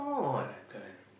correct correct